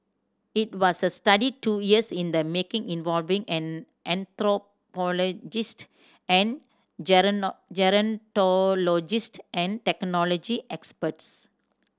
it was a study two years in the making involving an anthropologist and gerontologist and technology experts